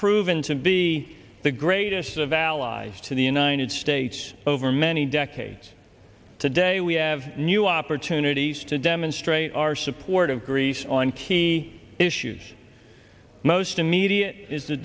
proven to be the greatest of allies to the united states over many decades today we have new opportunities to demonstrate our support of greece on key issues most immediate is